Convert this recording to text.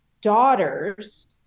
daughters